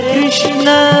Krishna